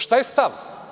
Šta je stav?